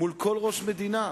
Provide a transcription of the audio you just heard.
מול כל ראש מדינה.